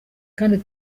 kandi